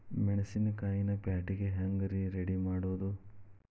ಮೆಣಸಿನಕಾಯಿನ ಪ್ಯಾಟಿಗೆ ಹ್ಯಾಂಗ್ ರೇ ರೆಡಿಮಾಡೋದು?